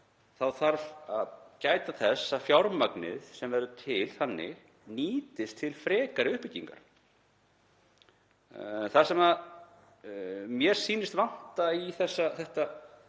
sjóðinn að gæta þess að fjármagnið sem verður til þannig nýtist til frekari uppbyggingar. Það sem mér sýnist vanta í þetta